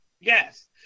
yes